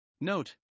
Note